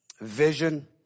Vision